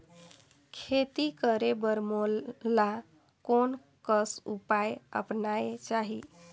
खेती करे बर मोला कोन कस उपाय अपनाये चाही?